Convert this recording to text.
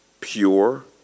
pure